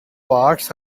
parts